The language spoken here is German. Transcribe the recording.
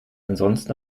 ansonsten